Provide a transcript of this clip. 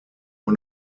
nur